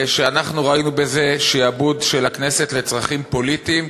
שאנחנו ראינו בזה שעבוד של הכנסת לצרכים פוליטיים.